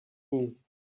knees